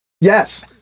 yes